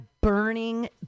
burning